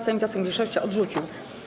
Sejm wniosek mniejszości odrzucił.